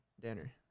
dinner